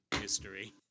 history